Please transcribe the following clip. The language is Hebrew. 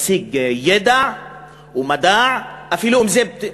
תשיג ידע ומדע אפילו אם זה,